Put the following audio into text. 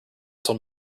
told